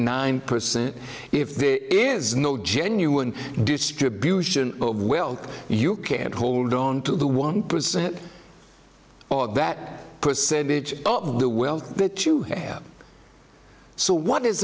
nine percent if there is no genuine distribution of wealth you can't hold on to the one percent or that percentage of the wealth that you have so